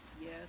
yes